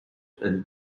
and